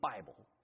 Bible